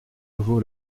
vaut